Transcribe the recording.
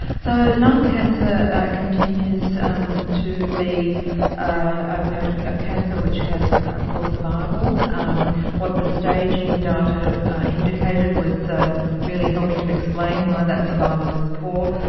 so lung cancer continues um to be a cancer which has ah poor survival. um what the staging data indicated was really helping to explain why that survival is poor,